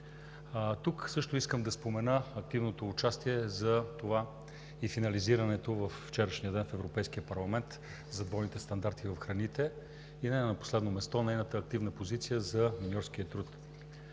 Тук също искам да спомена активното участие за това и финализирането във вчерашния ден в Европейския парламент – за двойните стандарти в храните. И не на последно място – нейната активна позиция за миньорския труд.